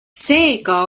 seega